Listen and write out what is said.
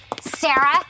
Sarah